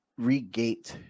regate